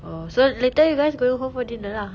oh so later you guys going home for dinner lah